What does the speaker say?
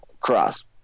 cross